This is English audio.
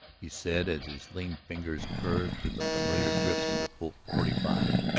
he said as his lean fingers curved to the familiar grip of the colt forty five.